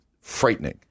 frightening